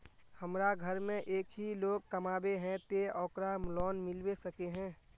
हमरा घर में एक ही लोग कमाबै है ते ओकरा लोन मिलबे सके है?